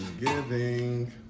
giving